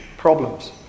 problems